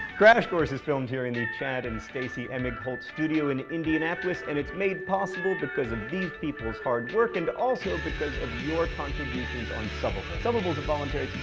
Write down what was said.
crash course is filmed here in the chad and stacey emigholz studio in indianapolis, and it's made possible because of these people's hard work and also because of your contributions subbable. subbable is a voluntary